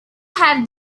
have